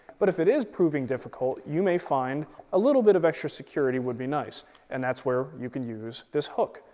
but if it is proving difficult, you may find a little bit of extra security would be nice and that's where you could use this hook.